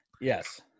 Yes